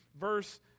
verse